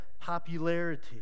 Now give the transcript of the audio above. popularity